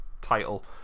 title